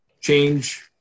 change